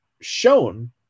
shown